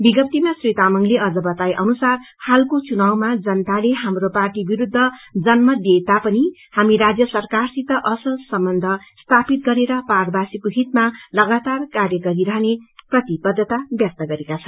विज्ञप्तीमा श्री तामाङले अझ बताए अनुसार हालको चुनावमा जनताले हाम्रो पार्टी विरूद्ध जनमत दिए ता पनि हामी राज्य सरकारसित असल सम्बन्ध स्थापित गरेर पहाड़वासीको हीतमा लगातार कार्य गरिरहने प्रतिबद्धता व्यक्त गरेका छन्